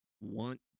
want